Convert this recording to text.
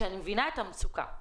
ואני מבינה את המצוקה,